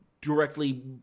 directly